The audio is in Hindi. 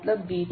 अतःBmnBnm